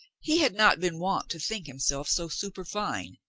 he had not been wont to think himself so superfine.